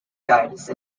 guidance